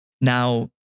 Now